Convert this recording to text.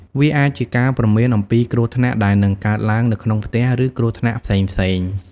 វាអាចជាការព្រមានអំពីគ្រោះថ្នាក់ដែលនឹងកើតឡើងនៅក្នុងផ្ទះ ឬគ្រោះថ្នាក់ផ្សេងៗ។